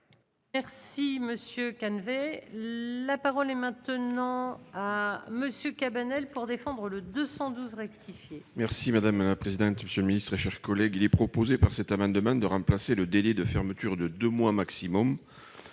monsieur Calvet, la parole est maintenant à monsieur Cabanel pour défendre le 212 rectifié. Merci madame la présidente, monsieur le ministre, chers collègues, il est proposé par cet amendement de remplacer le délai de fermeture de 2 mois maximum